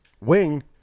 wing